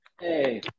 hey